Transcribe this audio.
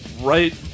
right